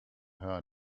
her